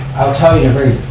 i'll tell you a very,